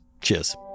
Cheers